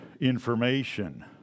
information